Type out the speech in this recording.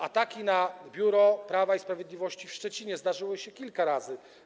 Ataki na biuro Prawa i Sprawiedliwości w Szczecinie zdarzyły się kilka razy.